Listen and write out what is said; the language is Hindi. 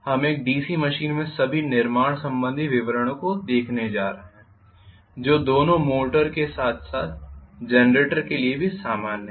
हम एक डीसी मशीन में सभी निर्माण संबंधी विवरणों को देखने जा रहे हैं जो दोनों मोटर के साथ साथ जनरेटर के लिए भी सामान्य है